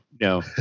No